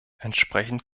entsprechend